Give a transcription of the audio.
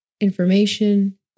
information